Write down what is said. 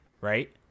right